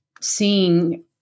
seeing